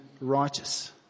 righteous